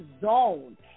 zone